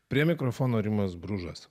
prie mikrofono rimas bružas